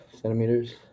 centimeters